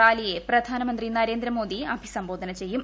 റാലിയെ പ്രധാനമന്ത്രി നരേന്ദ്രമോദി അഭിസംബോധന ചെയ്യും